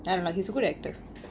and like he's a good actor